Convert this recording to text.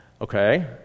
Okay